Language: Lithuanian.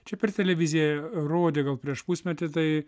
čia per televiziją rodė gal prieš pusmetį tai